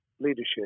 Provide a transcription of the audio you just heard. leadership